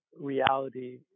reality